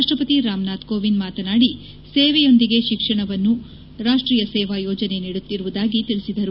ರಾಷ್ಟ ಪತಿ ರಾಮ್ನಾಥ್ ಕೋವಿಂದ್ ಮಾತನಾದಿ ಸೇವೆಯೊಂದಿಗೆ ಶಿಕ್ಷಣವನ್ನು ರಾಷ್ಟ್ರಿಯ ಸೇವಾ ಯೋಜನೆ ನೀಡುತ್ತಿರುವುದಾಗಿ ತಿಳಿಸಿದರು